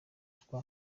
yitwa